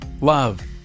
love